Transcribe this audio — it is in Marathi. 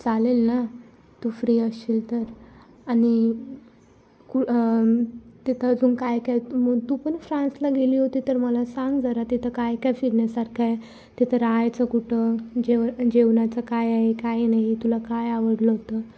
चालेल ना तू फ्री असशील तर आणि कु तिथं अजून काय काय मग तू पण फ्रान्सला गेली होती तर मला सांग जरा तिथं काय काय फिरण्यासारखं आहे तिथं राहायचं कुठं जेव जेवणाचं काय आहे काय नाही तुला काय आवडलं होतं